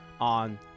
on